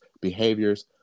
behaviors